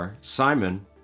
Simon